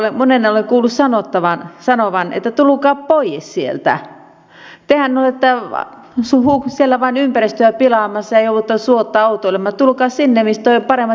monen olen kuullut sanovan että tulkaa pois sieltä tehän olette siellä vain ympäristöä pilaamassa ja joudutte suotta autoilemaan tulkaa sinne missä teillä on paremmat joukkoliikenneyhteydet